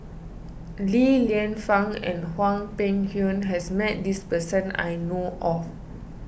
Li Lienfung and Hwang Peng Yuan has met this person I know of